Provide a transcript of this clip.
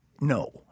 no